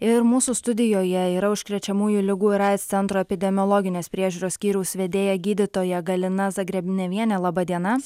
ir mūsų studijoje yra užkrečiamųjų ligų ir aids centro epidemiologinės priežiūros skyriaus vedėja gydytoja galina zagrebnevienė laba diena